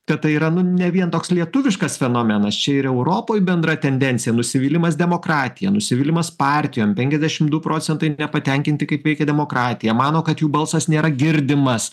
kad tai yra nu ne vien toks lietuviškas fenomenas čia ir europoj bendra tendencija nusivylimas demokratija nusivylimas partijom penkiasdešim du procentai nepatenkinti kaip veikia demokratija mano kad jų balsas nėra girdimas